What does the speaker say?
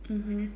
mmhmm